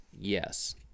Yes